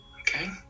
okay